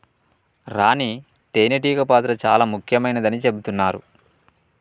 రాణి తేనే టీగ పాత్ర చాల ముఖ్యమైనదని చెబుతున్నరు